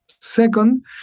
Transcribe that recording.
Second